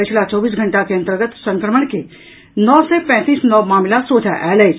पछिला चौबीस घंटा के अंतर्गत संक्रमण के नओ सय पैंतीस नव मामिला सोझा आयल अछि